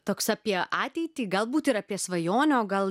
toks apie ateitį galbūt ir apie svajonę o gal